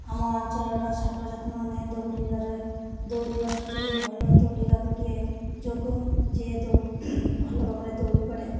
ଆମ ଅଞ୍ଚଳର ଛାତ୍ରଛାତ୍ରୀମାନେ ଦୌଡ଼ିବାରେ ଦୌଡ଼ିବା ସବୁଠୁ ଭଲ ଦୌଡ଼ିବା ଗୋଟିଏ ଯୋଗ ଯିଏ ଭଲ ଭାବରେ ଦୌଡ଼ି ପଡ଼େ